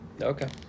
Okay